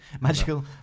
Magical